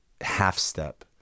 half-step